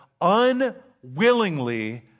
unwillingly